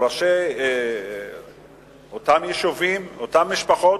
ראשי אותם יישובים, אותן משפחות.